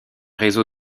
réseau